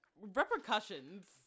repercussions